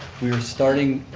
we're starting,